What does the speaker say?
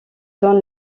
donne